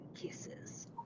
kisses